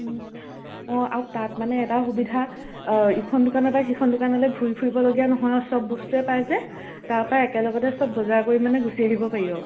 অঁ আৰু তাত মানে এটা সুবিধা ইখন দোকানৰ পৰা সেইখন দোকানলে ঘূৰি ফুৰিবলগীয়া নহয় আৰু চব বস্তুৱে পাই যে তাৰপৰা একেলগতে চব বজাৰ কৰি মানে গুচি আহিব পাৰি আৰু